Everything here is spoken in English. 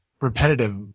repetitive